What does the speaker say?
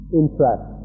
interest